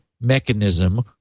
mechanism